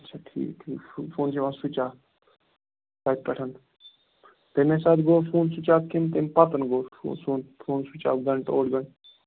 اچھا ٹھیٖک ٹھیٖک فون چھُ یِوان سُچ آف تتہِ پیٚٹھ تمے ساتہٕ گۄ وَ فون سُچ آف کنہ تمہ پَتَن گوٚو فون سُچ آف گنٹہٕ اوٚڑ گنٹہٕ